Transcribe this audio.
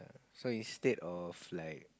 so instead of like